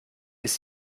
ist